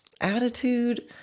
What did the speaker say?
attitude